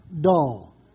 dull